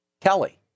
Kelly